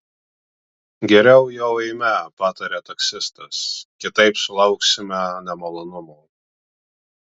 geriau jau eime patarė taksistas kitaip sulauksime nemalonumų